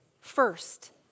first